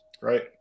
Right